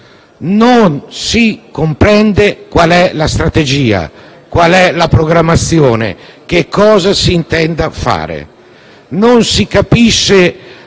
non si comprende qual è la strategia, qual è la programmazione, che cosa si intenda fare. Non si capisce